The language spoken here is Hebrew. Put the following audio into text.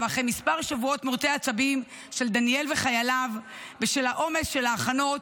ואחרי כמה שבועות מורטי עצבים של דניאל וחייליו בשל העומס של ההכנות,